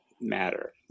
matter